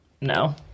no